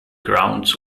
grounds